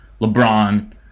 LeBron